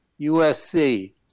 USC